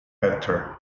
Better